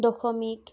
দশমিক